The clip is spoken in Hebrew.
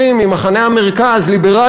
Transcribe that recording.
אלי יפה.